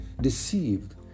deceived